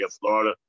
Florida